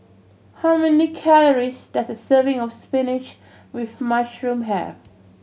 how many calories does a serving of spinach with mushroom have